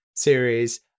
series